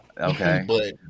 Okay